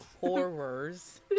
Horrors